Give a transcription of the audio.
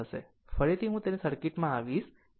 ફરીથી અને ફરીથી હું સર્કિટમાં આવીશ નહીં